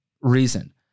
Reason